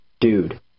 dude